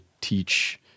teach